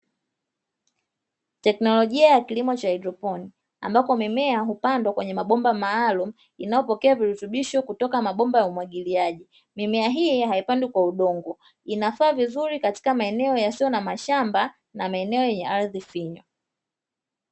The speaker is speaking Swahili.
Teknolojia ya kilimo cha haidroponi ambapo mimea hupandwa kwenye mabomba maalumu yanayopokea virutubisho kutoka mabomba ya umwagiliaji, mimea hii haipandwi kwa udongo inafaa vizuri katika maeneo yasiyo namashamba na maeneo ya ardhi finyu.